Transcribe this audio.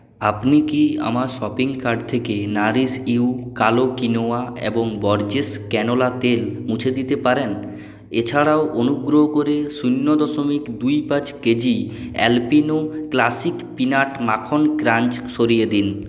আপনি কি আমার শপিং কার্ট থেকে নাারিশ ইউ কালো কিনোয়া এবং বরজেস ক্যানোলা তেল মুছে দিতে পারেন এছাড়াও অনুগ্রহ করে শূন্য দশমিক দুই পাঁচ কেজি অ্যালপিনো ক্লাসিক পিনাট মাখন ক্রাঞ্চ সরিয়ে দিন